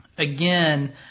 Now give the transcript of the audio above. Again